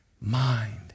mind